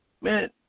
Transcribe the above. Man